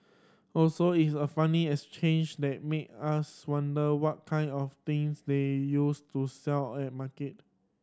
also it's a funny exchange that make us wonder what kind of things they used to sell at market